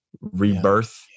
rebirth